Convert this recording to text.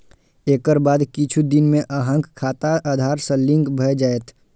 एकर बाद किछु दिन मे अहांक खाता आधार सं लिंक भए जायत